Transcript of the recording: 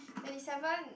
twenty seven